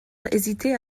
hésitait